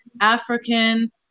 African